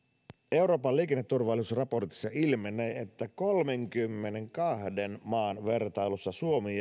euroopan liikenneturvallisuusraportissa ilmenee että kolmenkymmenenkahden maan vertailussa suomi